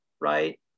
right